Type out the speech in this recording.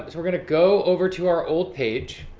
we're going to go over to our old page,